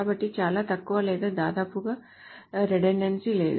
కాబట్టి చాలా తక్కువ లేదా దాదాపుగా రిడెండెన్సీ లేదు